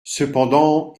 cependant